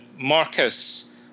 Marcus